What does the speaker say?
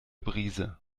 brise